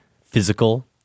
physical